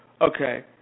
okay